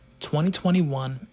2021